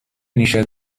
نیشت